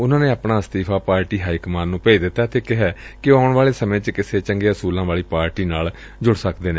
ਉਨ੍ਹਾ ਨੇ ਆਪਣਾ ਅਸਤੀਫਾ ਪਾਰਟੀ ਹਾਈ ਕਮਾਨ ਨੂੰ ਭੇਜ ਦਿੱਤੈ ਅਤੇ ਕਿਹੈ ਕਿ ਉਹ ਆਉਣ ਵਾਲੇ ਸਮੇ ਚ ਕਿਸੇ ਚੰਗੇ ਅਸੂਲਾਂ ਵਾਲੀ ਪਾਰਟੀ ਨਾਲ ਜੁੜ ਸਕਦੇ ਨੇ